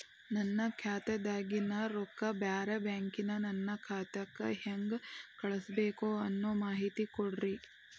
ನನ್ನ ಖಾತಾದಾಗಿನ ರೊಕ್ಕ ಬ್ಯಾರೆ ಬ್ಯಾಂಕಿನ ನನ್ನ ಖಾತೆಕ್ಕ ಹೆಂಗ್ ಕಳಸಬೇಕು ಅನ್ನೋ ಮಾಹಿತಿ ಕೊಡ್ರಿ?